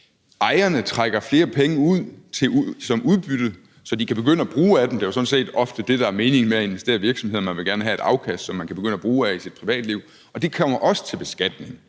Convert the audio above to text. ejerne trækker flere penge ud som udbytte, så de kan begynde at bruge af dem. Det er jo sådan set ofte det, der er meningen med at investere i virksomhederne, at man gerne vil have et afkast, som man kan begynde at bruge af i sit privatliv, og det kommer også til beskatning.